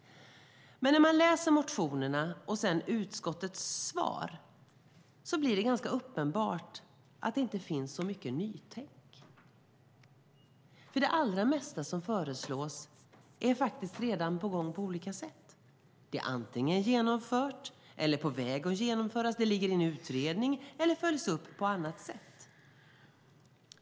När man läser motionerna och sedan utskottets svar blir det dock ganska uppenbart att det inte finns så mycket nytänk. Det allra mesta av det som föreslås är nämligen redan på gång på olika sätt. Det är antingen genomfört, på väg att genomföras, ligger i en utredning eller följs upp på annat sätt.